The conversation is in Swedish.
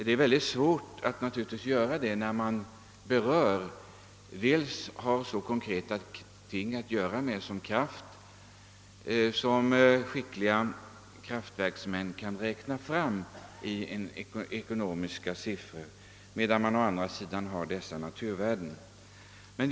Det är naturligtvis mycket svårt att göra detta, när vi å ena sidan har så konkreta ting att göra med som kraftproduktion som skickliga tekniker inom kraftverksområdet kan räkna fram i ekonomiska siffror och å andra sidan har att ta hänsyn till de naturvärden som finns.